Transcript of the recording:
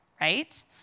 right